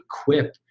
equip